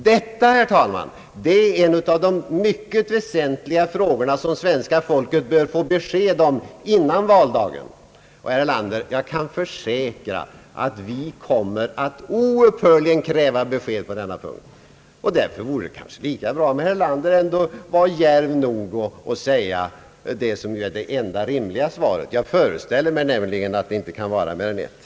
Detta, herr talman, är en av de mycket väsentliga frågor som svenska folket bör få besked om före valdagen. Jag kan försäkra herr Erlander att vi oupphörligt kommer att kräva besked på denna punkt. Därför vore det kanske lika bra om herr Erlander vore djärv Ang. den ekonomiska politiken, m.m. nog att ge det enda rimliga svaret. Jag föreställer mig nämligen att det inte kan bli mer än ett.